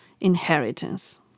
inheritance